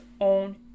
own